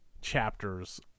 chapters